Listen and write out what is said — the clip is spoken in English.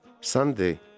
Sunday